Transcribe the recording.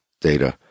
data